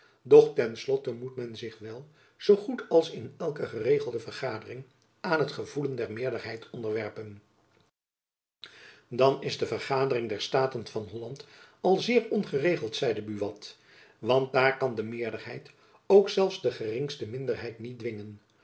ten slotte moet men zich wel zoo goed als in elke geregelde vergadering aan het gevoelen der meerderheid onderwerpen dan is de vergadering der staten van holland al zeer ongeregeld zeide buat want daar kan de meerderheid ook zelfs de geringste minderheid niet dwingen